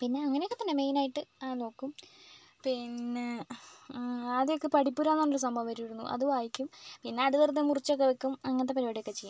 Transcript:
പിന്നെ അങ്ങനെയൊക്കെത്തന്നെ മെയിനായിട്ട് നോക്കും പിന്നെ ആദ്യമൊക്കെ പഠിപ്പുര എന്ന് പറഞ്ഞൊരു സംഭവം വരോരുന്നു അത് വായിക്കും പിന്നെ അത് വെറുതെ മുറിച്ചൊക്കെ വെക്കും അങ്ങനത്തെ പരുപാടിയൊക്കെ ചെയ്യും